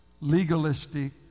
legalistic